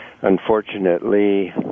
unfortunately